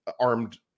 armed